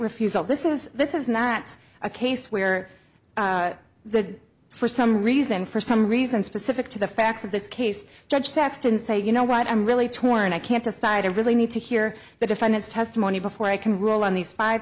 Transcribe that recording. refusal this is this is not a case where the for some reason for some reason specific to the facts of this case judge saxton say you know what i'm really torn i can't decide i really need to hear the defendant's testimony before i can rule on these five